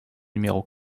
numéro